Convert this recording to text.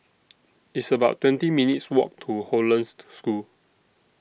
It's about twenty minutes' Walk to Hollandse School